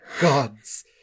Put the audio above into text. gods